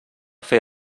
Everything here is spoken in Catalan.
fer